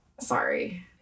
Sorry